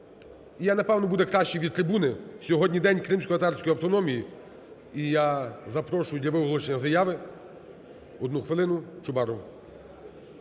І, напевно, буде краще від трибуни, сьогодні День кримськотатарської автономії. І я запрошую для виголошення заяви, одну хвилину Чубаров.